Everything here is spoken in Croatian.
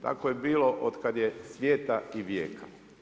Tako je bilo od kada je svijeta i vijeka.